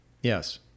Yes